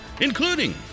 including